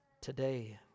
today